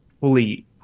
fully